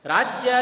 Raja